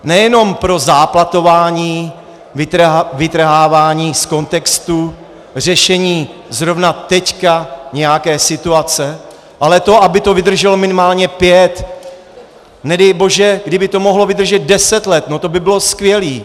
Nejenom pro záplatování, vytrhávání z kontextu, řešení zrovna teď nějaké situace, ale to, aby to vydrželo minimálně pět, nedej bože, kdyby to mohlo vydržet deset let, no to by bylo skvělé.